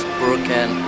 broken